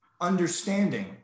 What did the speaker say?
understanding